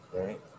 Right